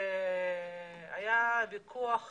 היה ויכוח